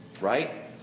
right